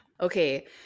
Okay